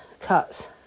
cuts